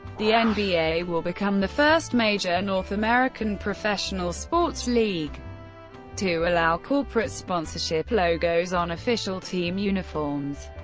the and nba will become the first major north american professional sports league to allow corporate sponsorship logos on official team uniforms.